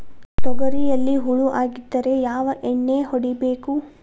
ತೊಗರಿಯಲ್ಲಿ ಹುಳ ಆಗಿದ್ದರೆ ಯಾವ ಎಣ್ಣೆ ಹೊಡಿಬೇಕು?